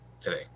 today